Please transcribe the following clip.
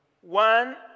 One